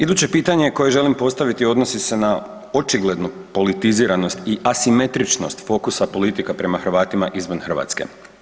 Iduće pitanje koje želim postaviti odnosi se na očiglednu politiziranost i asimetričnost fokusa politika prema Hrvatima izvan Hrvatske.